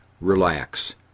relax